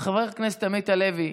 חבר הכנסת עמית הלוי,